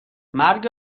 مرگ